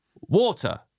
Water